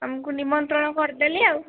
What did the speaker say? ତୁମକୁ ନିମନ୍ତ୍ରଣ କରିଦେଲି ଆଉ